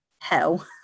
hell